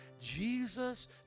Jesus